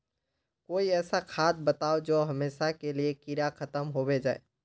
कोई ऐसा खाद बताउ जो हमेशा के लिए कीड़ा खतम होबे जाए?